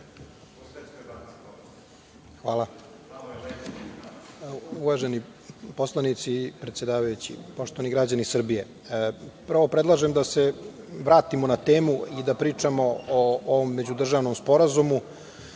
Hvala. Uvaženi poslanici, predsedavajući, poštovani građani Srbije, prvo predlažem da se vratimo na temu i da pričamo o ovom međudržavnom sporazumu